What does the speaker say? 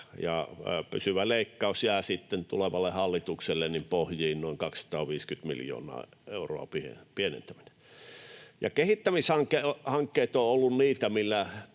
pysyvä leikkaus jää sitten tulevalle hallitukselle pohjiin, noin 250 miljoonan euron pienentäminen. Kehittämishankkeet ovat olleet niitä, millä